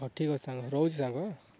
ହଁ ଠିକ୍ଅଛି ସାଙ୍ଗ ରହୁଛି ସାଙ୍ଗ